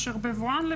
מימון?